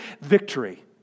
victory